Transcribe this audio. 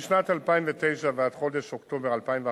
1. משנת 2009 ועד חודש אוקטובר 2011